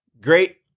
Great